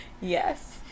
Yes